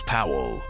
Powell